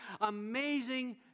amazing